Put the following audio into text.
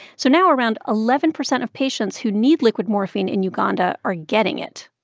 so now around eleven percent of patients who need liquid morphine in uganda are getting it.